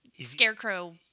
scarecrow